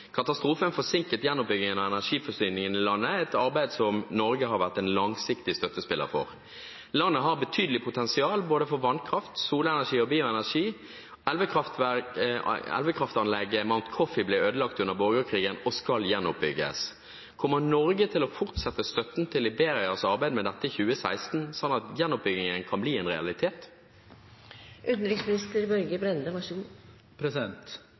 Katastrofen forsinket gjenoppbyggingen av en energiforsyning i landet, et arbeid som Norge har vært en langsiktig støttespiller for. Landet har betydelig potensial både for vannkraft, solenergi og bioenergi. Elvekraftanlegget Mount Coffee ble ødelagt under borgerkrigen og skal gjenoppbygges. Kommer Norge til å fortsette støtten til Liberias arbeid med dette i 2016, slik at gjenoppbyggingen blir en realitet?»